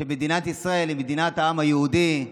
שמדינת ישראל היא מדינת העם היהודי.